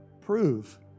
prove